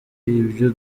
ibyo